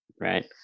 Right